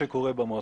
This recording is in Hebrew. מדובר על שבוע.